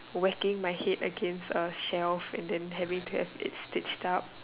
whacking my head against a shelve and then having to have it stitched up